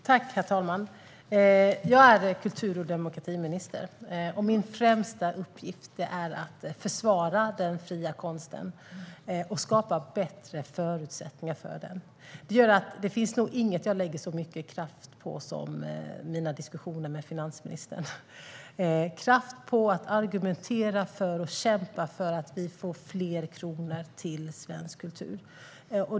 Herr talman! Jag är kultur och demokratiminister. Min främsta uppgift är att försvara den fria konsten och skapa bättre förutsättningar för den. Det gör att det nog inte finns något jag lägger så mycket kraft på som mina diskussioner med finansministern. Jag lägger kraft på att argumentera för och kämpa för att vi får fler kronor till svensk kultur.